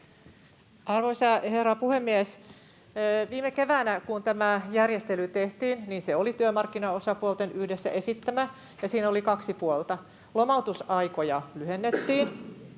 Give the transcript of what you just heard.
Arvoisa herra puhemies! Viime keväänä, kun tämä järjestely tehtiin, se oli työmarkkinaosapuolten yhdessä esittämä, ja siinä oli kaksi puolta: Lomautusaikoja lyhennettiin,